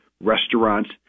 restaurants